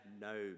no